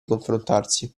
confrontarsi